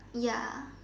ya